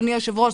אדוני היושב-ראש,